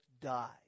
die